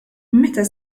meta